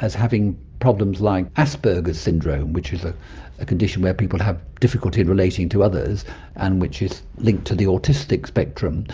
as having problems like asperger's syndrome, which is ah a condition where people have difficulty relating to others and which is linked to the autistic spectrum.